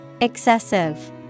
Excessive